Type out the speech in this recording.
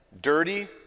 dirty